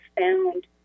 found